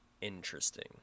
interesting